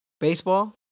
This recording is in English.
Baseball